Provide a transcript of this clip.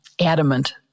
adamant